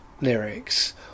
lyrics